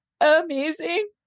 amazing